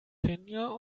finja